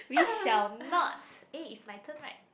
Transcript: we shall not eh is my turn right